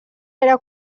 era